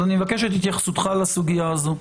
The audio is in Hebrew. אז אני אבקש את התייחסותך לסוגייה הזו.